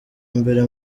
mbere